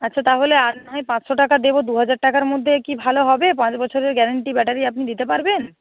আচ্ছা তাহলে আর নাহয় পাঁচশো টাকা দেবো দু হাজার টাকার মধ্যে কি ভালো হবে পাঁচ বছরের গ্যারেন্টি ব্যাটারি আপনি দিতে পারবেন